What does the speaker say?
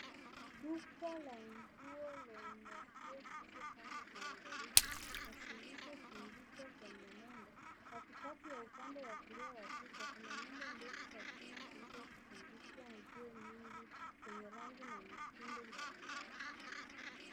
Duka la nguo lenye nguo zilizopangwa kwa uangalifu na zilizotundikwa kwenye nondo. Katikati ya upande wa kulia ya picha kuna nondo ndefu za chuma zilizotundikwa nguo nyingi zenye rangi na mitindo mbali mbali.